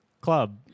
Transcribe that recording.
club